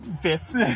fifth